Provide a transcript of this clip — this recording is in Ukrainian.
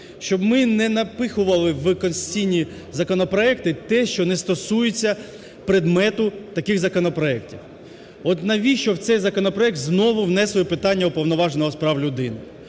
щоб ми не напихували в конституційні законопроекти те, що не стосується предмету таких законопроектів. От навіщо в цей законопроект знову внесли питання Уповноваженого з прав людини?